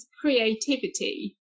creativity